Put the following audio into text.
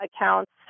accounts